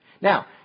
Now